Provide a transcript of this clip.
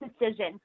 decision